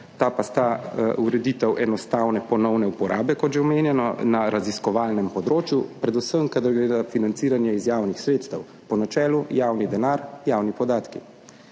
Ti pa sta ureditev enostavne ponovne uporabe, kot že omenjeno, na raziskovalnem področju, predvsem kadar gre za financiranje iz javnih sredstev po načelu javni denar – javni podatki,